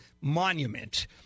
monument